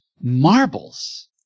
marbles